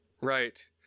Right